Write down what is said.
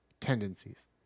tendencies